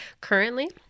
Currently